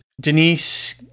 Denise